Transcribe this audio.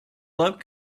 love